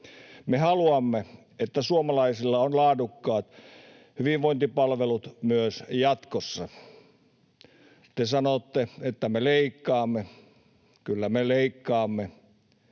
Me haluamme, että suomalaisilla on laadukkaat hyvinvointipalvelut myös jatkossa. Te sanotte, että me leikkaamme. Kyllä me leikkaamme